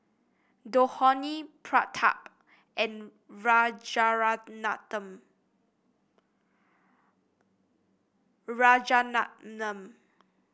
Dhoni Pratap and Rajaratnam